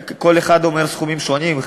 כל אחד אומר סכומים שונים,